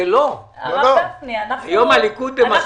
שתהיה אזהרה.